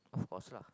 of course lah